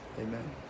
amen